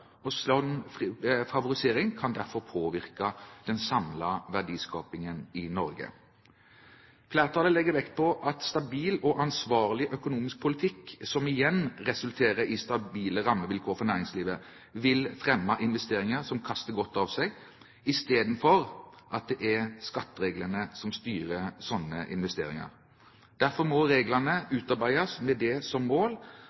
favorisering kan derfor påvirke den samlede verdiskapingen i Norge. Flertallet legger vekt på at en stabil og ansvarlig økonomisk politikk – som igjen resulterer i stabile rammevilkår for næringslivet – vil fremme investeringer som kaster godt av seg, i stedet for at det er skattereglene som styrer sånne investeringer. Derfor må reglene utarbeides med det som mål